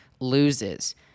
loses